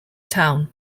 town